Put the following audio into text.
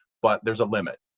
but there's a limit.